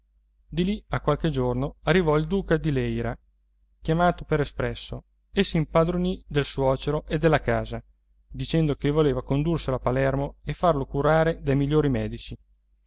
di lì a qualche giorno arrivò il duca di leyra chiamato per espresso e s'impadronì del suocero e della casa dicendo che voleva condurselo a palermo e farlo curare dai migliori medici